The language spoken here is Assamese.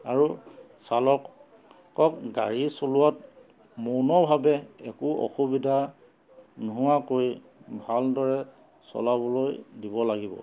আৰু চালকক গাড়ী চলোৱাত মৌনভাৱে একো অসুবিধা নোহোৱাকৈ ভালদৰে চলাবলৈ দিব লাগিব